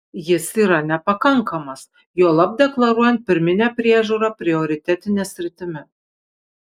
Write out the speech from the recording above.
jis yra nepakankamas juolab deklaruojant pirminę priežiūrą prioritetine sritimi